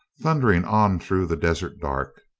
thundering on through the desert dark.